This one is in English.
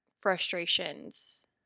frustrations